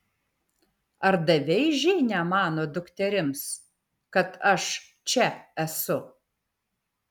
ar davei žinią mano dukterims kad aš čia esu